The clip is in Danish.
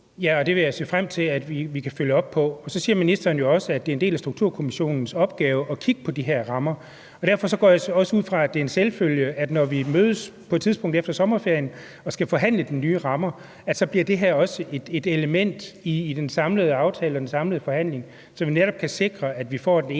Dahl (DD): Det vil jeg se frem til at vi kan følge op på. Og så siger ministeren jo også, at det er en del af Sundhedsstrukturkommissionens opgave at kigge på de her rammer. Derfor går jeg også ud fra, at det er en selvfølge, at når vi mødes på et tidspunkt efter sommerferien og skal forhandle de nye rammer, så bliver det her også et element i den samlede aftale og den samlede forhandling – så vi netop kan sikre, at vi får ensartede